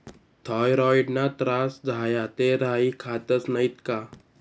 थॉयरॉईडना त्रास झाया ते राई खातस नैत का